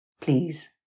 Please